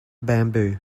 bamboo